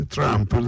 Trump